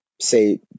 say